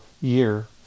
year